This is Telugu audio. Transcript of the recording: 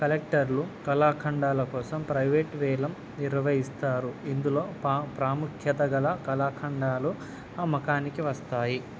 కలెక్టర్లు కళాఖండాల కోసం ప్రైవేట్ వేలం నిర్వహస్తారు ఇందులో పా ప్రాముఖ్యత గల కళాఖండాలు అమ్మకానికి వస్తాయి